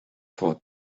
for